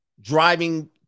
Driving